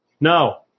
No